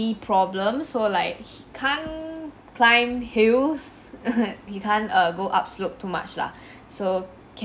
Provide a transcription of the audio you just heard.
problem so like he can't climb hills he can't uh go up slope too much lah so can